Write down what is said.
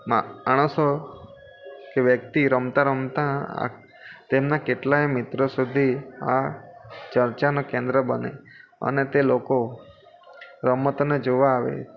માણસો કે વ્યક્તિ રમતા રમતા તેમના કેટલાય મિત્ર સુધી આ ચર્ચાનું કેન્દ્ર બને અને તે લોકો રમતને જોવા આવે